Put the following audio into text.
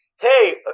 Hey